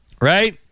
right